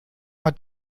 hat